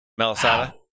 Malasada